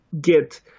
get